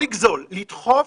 לא לגזול אלא לדחוף